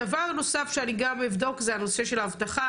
דבר נוסף שאני גם אבדוק זה הנושא של האבטחה,